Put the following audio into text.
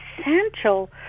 essential